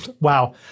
wow